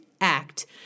act